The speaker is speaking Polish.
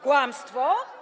Kłamstwo?